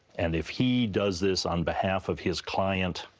and if he does this on behalf of his client,